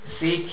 seek